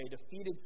defeated